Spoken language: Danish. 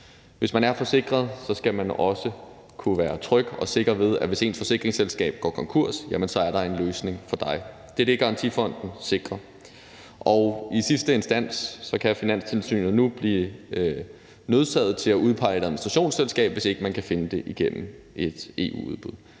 Hvis man er forsikret, skal man også kunne være tryg og sikker ved, at hvis ens forsikringsselskab går konkurs, er der en løsning for dig. Det er det, Garantifonden sikrer. I sidste instans kan Finanstilsynet nu blive nødsaget til at udpege et administrationsselskab, hvis man ikke kan finde det gennem et EU-udbud.